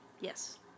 Yes